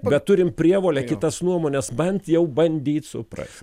bet turim prievolę kitas nuomones bent jau bandyt supras